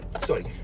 Sorry